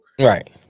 right